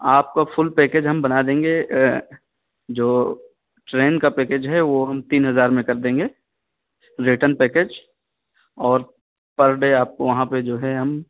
آپ کو full package ہم بنا دیں گے جو ٹرین کا پیکج ہے وہ ہم تین ہزار میں کر دیں گے ریٹن پیکج اور پر ڈے آپ کو وہاں پہ جو ہے ہم